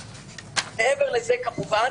מעבר לזה, כמובן